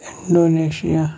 Indonesia